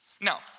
Now